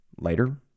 Later